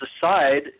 decide